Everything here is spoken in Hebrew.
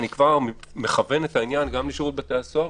ואני כבר מכוון את העניין גם לשירות בתי הסוהר,